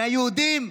מהיהודים.